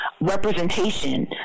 representation